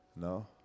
No